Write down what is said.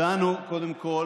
קודם כול,